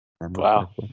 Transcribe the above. Wow